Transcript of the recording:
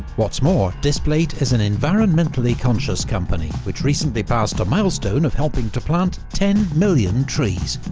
what's more displate is an environmentally conscious company, which recently passed a milestone of helping to plant ten million trees.